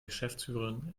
geschäftsführerin